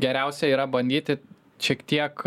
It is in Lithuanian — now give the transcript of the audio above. geriausia yra bandyti šiek tiek